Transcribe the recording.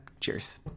Cheers